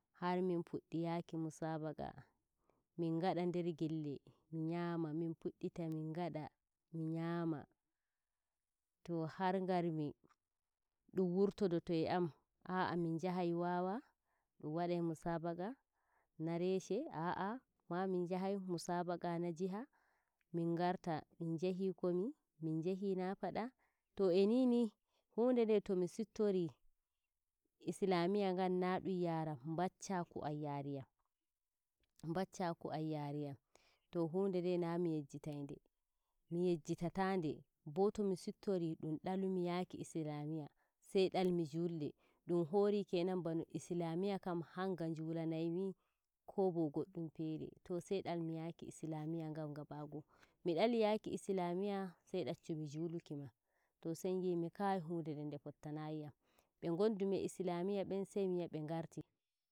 Har min puɗɗi yaaki musabaqa min ngaɗa nder gelle miyanma min pu'ita mun ngaɗa munyama to har ngarmi ɗum wurtodolo e amm a'a min njahai waawa ɗum wadai musabaqa na reshe a'a min njahai musa baqa na jiha min garta min njahi komi min njahi nafada to e ni ni hunɗe nde to mi siftori islamiyya ngan na ɗum yaaran ɓaccaku am yaayi yam, ɓaccaku am yaari yam to hunde nde na mi yejjitai nde miyejjitide bo to mi sittori ɗum dalmi yaki islamiyya sai dalmi julde dum hori kenan bano islamiyya kam hanga, njulanai mi ko bo goɗɗum fere to sai dalmi yaki islamiyya ngan gaba goo mi dali yaki islamiyya, sa ɗaccumi juli ma to sai njimi kai hanɗe nden nde fotta naiyam. Be ngondumi e islamiyya ben sai miyi a be ngarti.